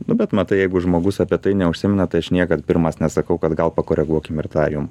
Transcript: nu bet matai jeigu žmogus apie tai neužsimena tai aš niekad pirmas nesakau kad gal pakoreguokime ir tą jum